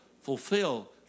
fulfill